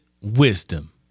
wisdom